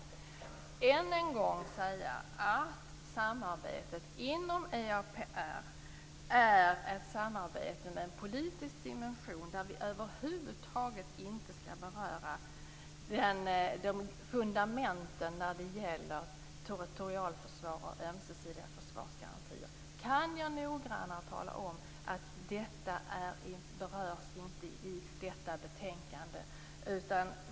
Jag vill än en gång säga att samarbetet inom EAPR är ett samarbete med en politisk dimension där vi över huvud taget inte skall beröra fundamenten när det gäller territorialförsvar och ömsesidiga försvarsgarantier. Kan jag noggrannare tala om att detta inte berörs i det här betänkandet?